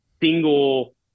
single